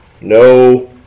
No